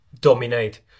dominate